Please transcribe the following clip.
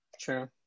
true